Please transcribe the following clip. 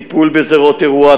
טיפול בזירות אירוע,